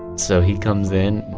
so he comes in.